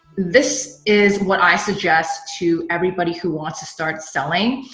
this is what i suggest to everybody who wants to start selling.